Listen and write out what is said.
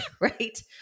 right